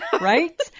Right